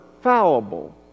fallible